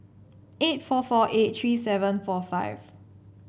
eight four four eight three seven four five